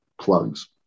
plugs